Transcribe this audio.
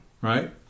Right